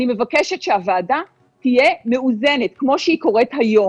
אני מבקשת שהוועדה תהיה מאוזנת, כמו שהיא היום.